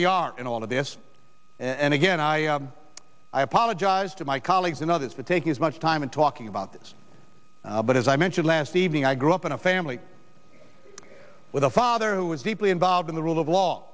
we are in all of this and again i apologize to my colleagues and others for taking as much time in talking about this but as i mentioned last evening i grew up in a family with a father who was deeply involved in the rule of law